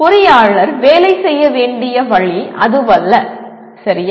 பொறியாளர் வேலை செய்ய வேண்டிய வழி அதுவல்ல சரியா